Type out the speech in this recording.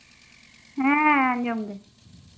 ᱦᱮᱸ ᱟᱸᱡᱚᱢ ᱫᱟᱹᱧ